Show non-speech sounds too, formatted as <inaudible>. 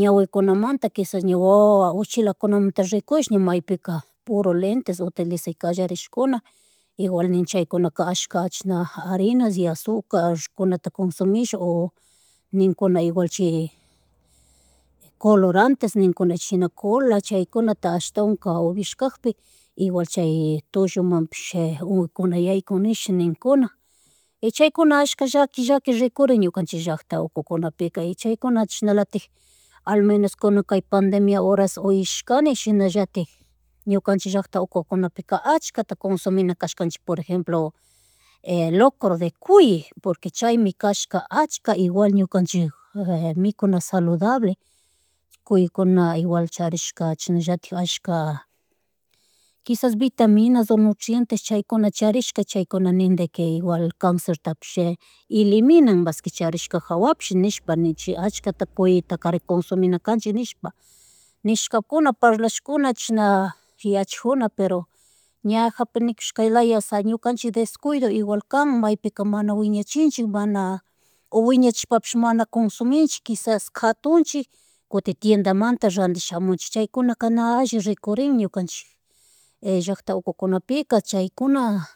Ñawikunamanta kishas wawa uchilakunamanta rikush ña maypika, puru lentes utiliza kallarishkuna <noise> igual nin chaykunaka ashka chishna harinas y azúcar kunata kunsumish o <noise> ninkuna igual chay <hesitation> colorantes ninkuna china cola, chaykunata ashtawan ka upikashkapi <noise> igual chay <hesitation> tullumampish, unkuykuna yaykunish ninkuna <noise> chaykuna ashka llaki, llaki rikurin ñukanchik llackta ukukunapika y chaykuna chashnalatik <noise> almanos kuna kay pandemia horas uyashkani shinallatik ñukanchik llackta ukukunapika ashkata kunsuminamikashkanchik, por ejemplo <hesitation> locro de cuy porque chaymi kashka ashka igual ñukanchik <hesitation> mikuna saludable <noise> chi cuykuna igual charishka, chishnallatik allshka <noise> kisas vitaminas o nutrientes chaykuna charishka chaykuna nen de que igual cancertapish <hesitation> elimina <unintelligible> charishka hawapish nishpa ninchih allkata cuyitakaren consumina kanchik nishpa <noise> nishkakuna paralashkuna chishna yachackuna pero ñajapi nikushkalaya <unintelligible> ñukanchik descuido igual kan maypika mana wiñachinchik, mana <noise> o wiñachishpapish mana cunsuminchik kisas katuchik <noise> kutin tiendamanta randish shamunchik chaykuna na alli rikurin ñukanchik <noise> llackta ukukunapika chaykuna